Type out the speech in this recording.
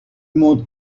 mon